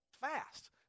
fast